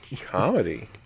Comedy